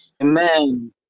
Amen